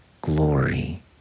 glory